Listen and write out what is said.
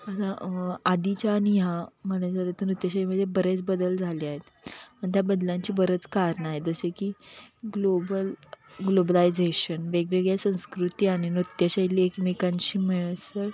आता आधीच्या आणि ह्या म्हणायचं झालं तर नृत्यशैलीमध्ये बरेच बदल झाले आहेत आणि त्या बदलांची बरंच कारणं आहे जसे की ग्लोबल ग्लोबलायझेशन वेगवेगळ्या संस्कृती आणि नृत्यशैली एकमेकांशी मिसळ